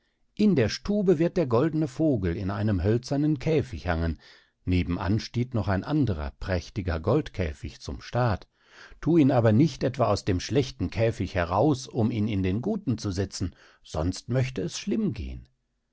in der stube wird der goldne vogel in einem hölzernen käfig hangen nebenan steht noch ein anderer prächtiger goldkäfig zum staat thu ihn aber nicht etwa aus dem schlechten käfig heraus um ihn in den guten zu setzen sonst möchte es schlimm gehen